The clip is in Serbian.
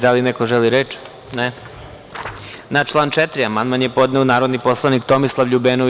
Da li neko želi reč? (Ne.) Na član 4. amandman je podneo narodni poslanik Tomislav Ljubenović.